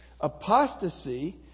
Apostasy